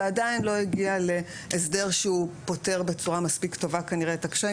ועדיין לא הגיע להסדר שהוא פותר מספיק טובה כנראה את הקשיים,